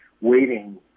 waiting